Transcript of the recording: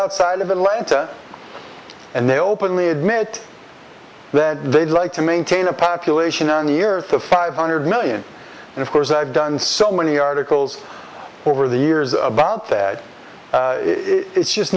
outside of atlanta and they openly admit that they'd like to maintain a population on the earth to five hundred million and of course i've done so many articles over the years about that it's just